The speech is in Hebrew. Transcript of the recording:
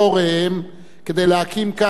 כדי להקים כאן, בארץ-ישראל,